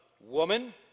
Woman